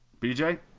BJ